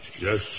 Yes